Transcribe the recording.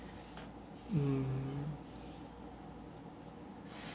mm